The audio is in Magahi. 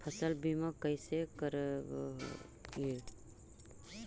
फसल बीमा कैसे करबइ?